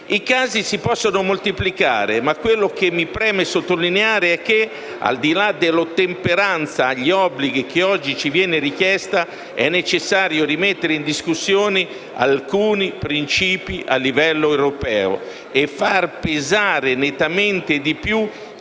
I casi si possono moltiplicare, ma quello che mi preme sottolineare è che, al di là dell'ottemperanza agli obblighi che oggi ci viene richiesta, è necessario rimettere in discussione alcuni principi a livello europeo e far pesare nettamente di più